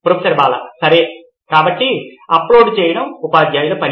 professor Bala సరే కాబట్టి upload చేయడము ఉపాధ్యాయుల పని